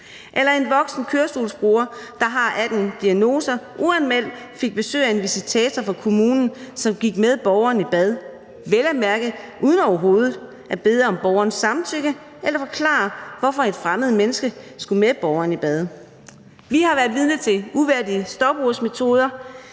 Eller en voksen kørestolsbruger, der har 18 diagnoser, og som uanmeldt fik besøg af en visitator fra kommunen, som gik med borgeren i bad, vel at mærke uden overhovedet at bede om borgerens samtykke eller forklare, hvorfor et fremmed menneske skulle med borgeren i bad. Vi har været vidne til uværdige stopursmetoder.